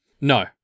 No